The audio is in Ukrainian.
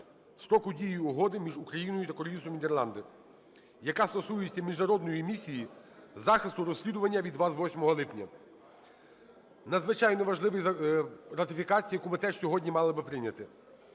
строку дії Угоди між Україною та Королівством Нідерланди, яка стосується міжнародної місії захисту розслідування від 28 липня. Надзвичайно важлива ратифікація, яку ми теж сьогодні мали би прийняти,